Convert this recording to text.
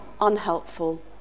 unhelpful